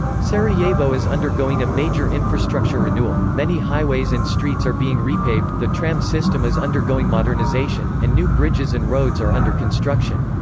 sarajevo is undergoing a major infrastructure renewal many highways and streets are being repaved, the tram system is undergoing modernization, and new bridges and roads are under construction.